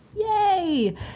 Yay